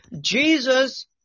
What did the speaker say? Jesus